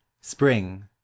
Spring